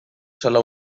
sola